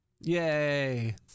Yay